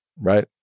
right